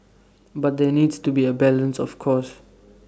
but there needs to be A balance of course